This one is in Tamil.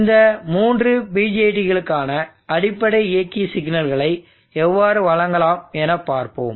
இந்த மூன்று BJTகளுக்கான அடிப்படை இயக்கி சிக்னல்களை எவ்வாறு வழங்கலாம் என பார்ப்போம்